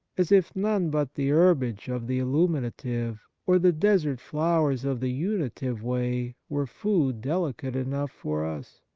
as if none but the herbage of the illuminative, or the desert flowers of the unitive way, were food delicate enough for us.